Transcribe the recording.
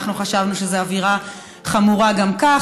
אנחנו חשבנו שזו אווירה חמורה גם כך,